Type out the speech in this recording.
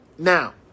Now